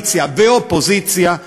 כקואליציה ואופוזיציה לשרת.